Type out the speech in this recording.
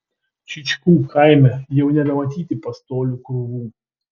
čyčkų kaime jau nebematyti pastolių krūvų